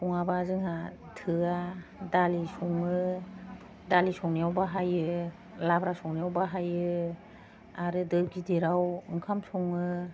सङाबा जोंहा थोया दालि सङो दालि संनायाव बाहायो लाब्रा संनायाव बाहायो आरो दो गिदिरआव ओंखाम सङो